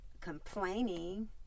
complaining